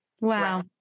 Wow